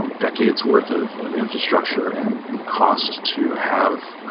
so decades worth of of infrastructure and and costs to have